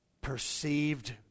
perceived